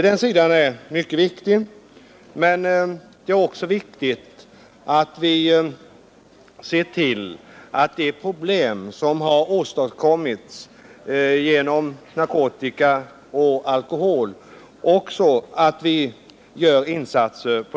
Denna sida är mycket viktig, men det är också viktigt att vi när vi ser de problem, som har åstadkommits genom narkotika och alkohol, också gör insatser.